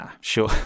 Sure